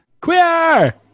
Queer